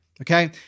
Okay